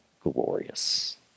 glorious